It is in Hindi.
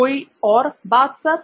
कोई और कोई बात सर